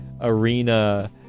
arena